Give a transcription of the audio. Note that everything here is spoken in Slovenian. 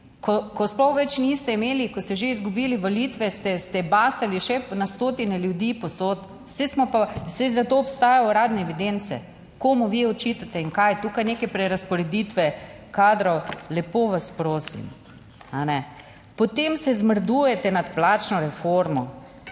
ko sploh več niste imeli, ko ste že izgubili volitve, ste, ste basali še na stotine ljudi povsod. Saj smo, pa saj za to obstajajo uradne evidence. Komu vi očitate in kaj, tukaj neke prerazporeditve kadrov, lepo vas prosim, kajne? Potem se zmrdujete nad plačno reformo,